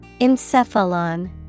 Encephalon